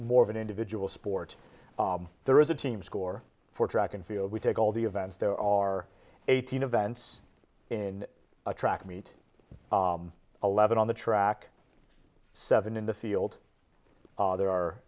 more of an individual sport there is a team score for track and field we take all the events there are eighteen events in a track meet eleven on the track seven in the field there are